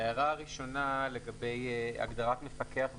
הערה ראשונה, לגבי הגדרת "מפקח בטיחות",